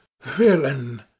Villain